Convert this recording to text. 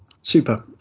Super